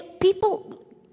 people